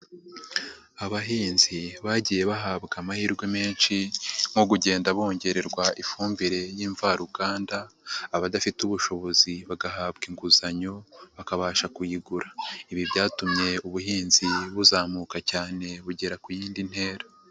Abahinzi bagiye bahabwa amahirwe menshi nko kugenda bongererwa ifumbire y'imvaruganda, abadafite ubushobozi bagahabwa inguzanyo bakabasha kuyigura, ibi byatumye ubuhinzi buzamuka cyane bugera ku yindi ntera.